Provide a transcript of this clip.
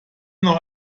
noch